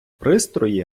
пристрої